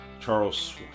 Charles